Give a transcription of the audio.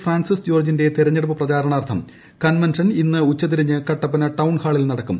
Francis ജോർജിന്റെ തെരഞ്ഞെടുപ്പ് പ്രചരണാർത്ഥം കൺവെൻഷൻ ഇന്ന് ഉച്ചതിരിഞ്ഞ് കട്ടപ്പന ടൌൺഹാളിൽ നടക്കും